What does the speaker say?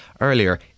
earlier